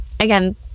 again